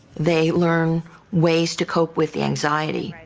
they learn ways to cope with the anxiety,